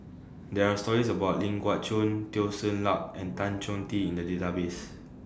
There Are stories about Ling Geok Choon Teo Ser Luck and Tan Choh Tee in The Database